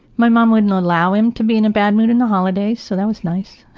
my mom wouldn't allow him to be in a bad mood in the holidays so that was nice.